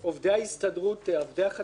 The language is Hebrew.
ההסתדרות, עובדי החטיבה,